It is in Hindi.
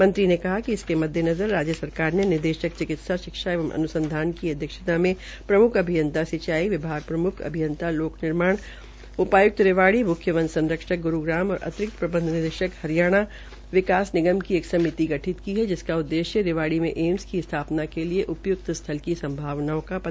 मंत्री ने कहा कि इसके मद्देनजर राज्य सरकार ने निदेशक चिकित्सा शिक्षा एवं अनुसंधान की अध्यक्षता में प्रमुख अभियंता सिंचाई विभाग प्रमुख अभियंता पीडब्लयूडी भवन एवं सडक्रे उपायुक्त रेवाड़ी मुख्य वन संरक्षक गुरुग्राम और अतिरिक्त प्रबंधक निदेशक हरियाणा वन विकास निगम की एक समिति का गठन किया जिसका उद्देश्य रेवाड़ी में एम्स की स्थापना के लिए उपयुक्त स्थल की संभावनाओं का पता लगाना था